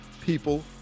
people